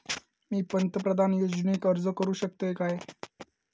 मी पंतप्रधान योजनेक अर्ज करू शकतय काय?